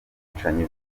ubwicanyi